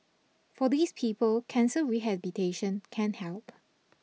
for these people cancer rehabilitation can help